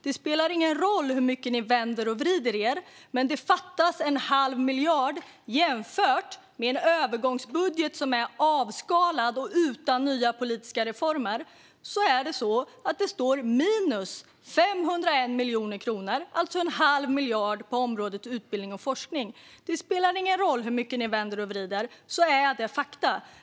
Det spelar ingen roll hur mycket de vänder och vrider på det hela; det fattas en halv miljard jämfört med övergångsbudgeten som är avskalad och inte har några nya politiska reformer. Det står minus 501 miljoner kronor, en halv miljard, på området utbildning och forskning. Det spelar ingen roll hur mycket de vänder och vrider på det. Detta är fakta.